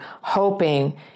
hoping